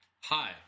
Hi